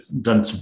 done